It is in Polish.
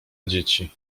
dzieci